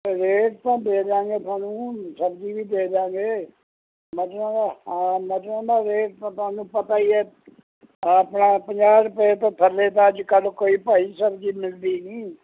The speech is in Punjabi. ਰੇਟ ਤਾਂ ਦੇ ਦਿਆਂਗੇ ਤੁਹਾਨੂੰ ਸਬਜ਼ੀ ਵੀ ਦੇ ਦਿਆਂਗੇ ਮਟਰਾਂ ਦਾ ਹਾਂ ਮਟਰਾਂ ਦਾ ਰੇਟ ਤਾਂ ਤੁਹਾਨੂੰ ਪਤਾ ਹੀ ਹੈ ਆਪਣਾ ਪੰਜਾਹ ਰੁਪਏ ਤੋਂ ਥੱਲੇ ਤਾਂ ਅੱਜ ਕੱਲ੍ਹ ਕੋਈ ਭਾਈ ਸਬਜ਼ੀ ਮਿਲਦੀ ਨਹੀਂ